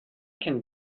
can